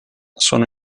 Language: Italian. sono